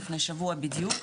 לפני שבוע בדיוק,